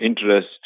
interest